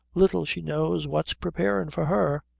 little she knows what's preparin' for her!